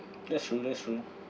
that's true that's true